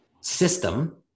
system